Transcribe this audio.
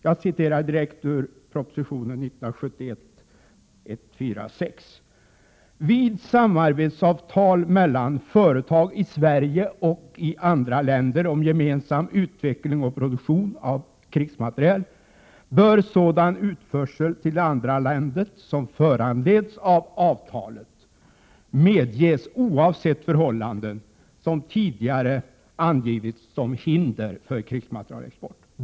Jag citerar direkt ur propositionen 1971:146: ”Vid samarbetsavtal mellan företag i Sverige och i andra länder om gemensam utveckling och produktion av krigsmateriel bör sådan utförsel till det andra landet som föranleds av avtalet medges oavsett förhållanden som tidigare angivits som hinder för krigsmaterielexport.